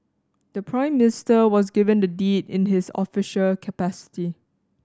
the Prime Minister was given the deed in his official capacity